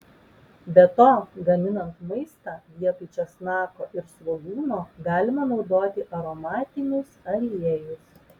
be to gaminant maistą vietoj česnako ir svogūno galima naudoti aromatinius aliejus